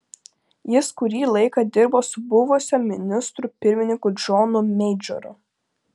jis kurį laiką dirbo su buvusiu ministru pirmininku džonu meidžoru